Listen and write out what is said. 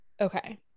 okay